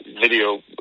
video